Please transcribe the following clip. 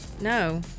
No